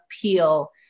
appeal